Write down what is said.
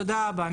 תודה רבה.